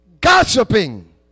Gossiping